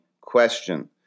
question